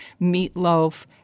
meatloaf